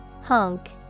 Honk